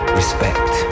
respect